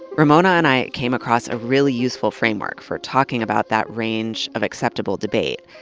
ramona and i came across a really useful framework for talking about that range of acceptable debate.